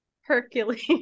Hercules